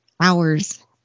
hours